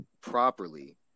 properly